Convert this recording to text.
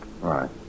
right